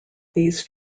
these